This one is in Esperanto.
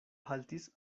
haltis